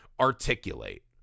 articulate